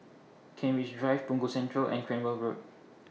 Kent Ridge Drive Punggol Central and Cranwell Road